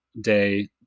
day